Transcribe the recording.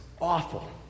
awful